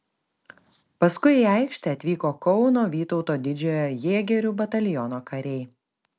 paskui į aikštę atvyko kauno vytauto didžiojo jėgerių bataliono kariai